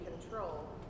control